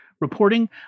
Reporting